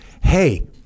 hey